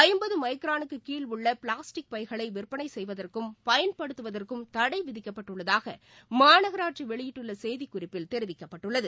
ஐம்பதுமைக்ரானுக்குகீழ் உள்ளபிளாஸ்டிக் பைகளைவிற்பனைசெய்வதற்கும் பயன்படுத்துவதற்கும் தடைவிதிக்கப்பட்டுள்ளதாகமாநகராட்சிவெளியிட்டுள்ளசெய்திக்குறிப்பில் தெரிவிக்கப்பட்டுள்ளது